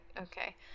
okay